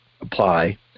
apply